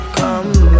come